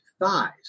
thighs